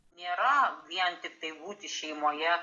nėra vien tiktai būti šeimoje